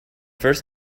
first